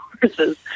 horses